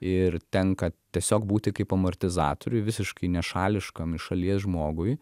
ir tenka tiesiog būti kaip amortizatoriui visiškai nešališkam iš šalies žmogui